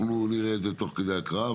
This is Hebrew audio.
אנחנו נראה את זה תוך כדי הקראה,